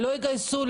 לא יגייסו,